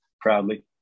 proudly